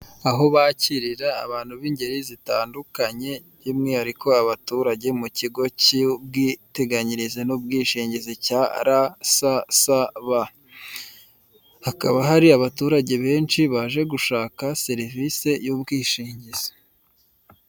Aho bakirira abantu b'ingeri zitandukanye by'umwihariko abaturage mu kigo cy'ubwiteganyirize n'ubwishingizi cya rasasaba, hakaba hari abaturage benshi baje gushaka serivise y'ubwishingizi.